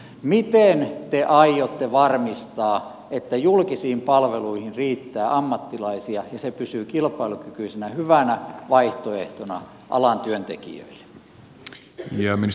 miten te aiotte varmistaa että julkisiin palveluihin riittää ammattilaisia ja se pysyy kilpailukykyisenä hyvänä vaihtoehtona alan työntekijöille